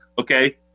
Okay